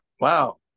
Wow